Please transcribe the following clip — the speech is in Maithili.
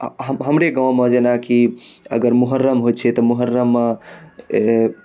हमरे गाँव मऽ जेनाकि अगर मुहर्रम होइ छै तऽ मुहर्रम मऽ